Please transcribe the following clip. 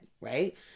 Right